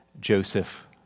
Joseph